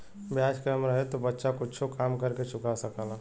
ब्याज कम रहे तो बच्चा कुच्छो काम कर के चुका सकला